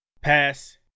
Pass